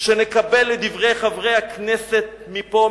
שנקבל את דברי חברי הכנסת מפה,